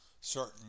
certain